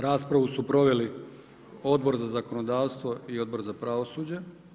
Raspravu su proveli Odbor za zakonodavstvo i Odbor za pravosuđe.